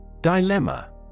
Dilemma